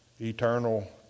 eternal